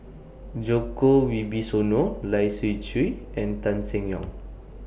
Djoko Wibisono Lai Siu Chiu and Tan Seng Yong